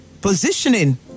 Positioning